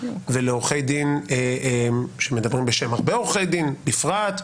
ולעורכי דין שמדברים בשם הרבה עורכי דין בפרט,